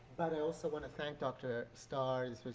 but i also want to thank dr. starr.